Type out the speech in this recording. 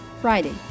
Friday